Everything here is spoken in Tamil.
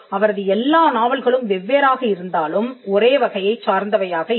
அவரது எல்லா நாவல்களும் வெவ்வேறாக இருந்தாலும் ஒரே வகையைச் சார்ந்தவையாக இருக்கும்